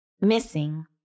missing